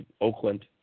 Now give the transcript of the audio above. Oakland